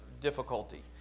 difficulty